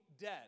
dead